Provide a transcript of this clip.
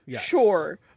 sure